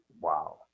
Wow